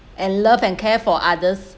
and love and care for others